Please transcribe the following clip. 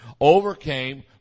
overcame